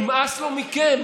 נמאס לו מכם,